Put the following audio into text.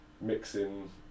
mixing